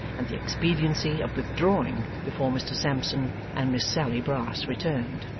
and the expediency of withdrawing before mr sampson and miss sally brass returned.